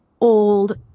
old